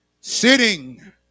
sitting